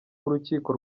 w’urukiko